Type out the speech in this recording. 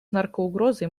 наркоугрозой